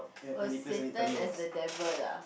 oh saturn as the devil ah